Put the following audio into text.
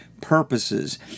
purposes